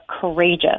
courageous